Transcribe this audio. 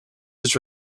his